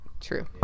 True